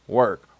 work